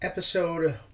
Episode